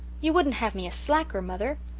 you wouldn't have me a slacker, mother?